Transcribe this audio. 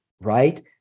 Right